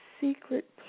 secret